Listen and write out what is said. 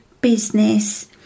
business